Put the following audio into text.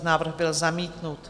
Návrh byl zamítnut.